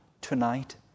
tonight